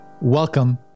welcome